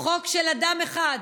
חוק של אדם אחד